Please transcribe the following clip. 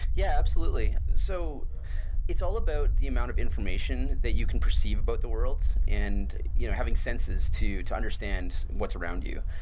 yeah, absolutely. so it's all about the amount of information that you can perceive about the worlds, and you know having senses to to understand what's around you.